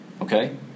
Okay